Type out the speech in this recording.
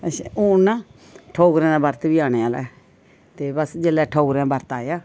अच्छा हून ना ठौगरें दा बर्त बी आने आह्ला ऐ ते बस जेल्लै ठौगरें दा बर्त आया